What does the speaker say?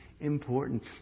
important